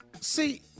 see